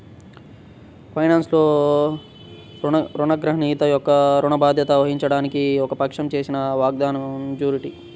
ఫైనాన్స్లో, రుణగ్రహీత యొక్క ఋణ బాధ్యత వహించడానికి ఒక పక్షం చేసిన వాగ్దానాన్నిజ్యూరిటీ